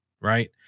right